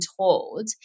told